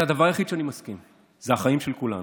זה הדבר היחיד שאני מסכים הוא שזה החיים של כולנו,